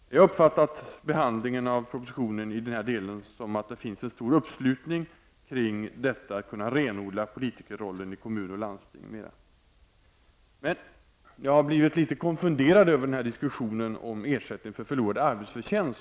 Jag har uppfattat behandlingen av propositionen i den delen som att det finns en stor uppslutning kring detta att kunna renodla politikerrollen i kommuner och landsting. Men jag har blivit litet konfunderad över diskussionen som här har förts om ersättning för förlorad arbetsförtjänst.